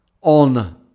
on